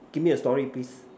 give me a story please